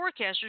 forecasters